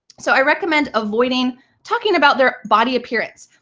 so i recommend avoiding talking about their body appearance.